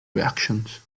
reactions